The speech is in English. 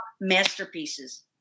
masterpieces